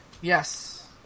Yes